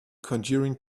conjuring